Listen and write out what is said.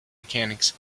mechanics